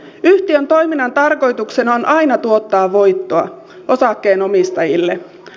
yhtiön toiminnan tarkoituksena on aina tuottaa voittoa osakkeenomistajille